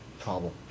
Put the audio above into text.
trouble